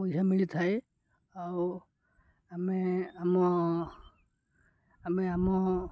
ପଇସା ମିଳିଥାଏ ଆଉ ଆମେ ଆମ ଆମେ ଆମ